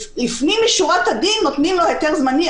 לפנים משורת הדין נותנים לו היתר זמני,